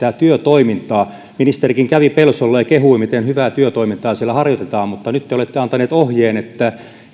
työtoimintaa ministerikin kävi pelsolla ja kehui miten hyvää työtoimintaa siellä harjoitetaan mutta nyt te olette antanut ohjeen että